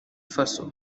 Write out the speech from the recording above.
faso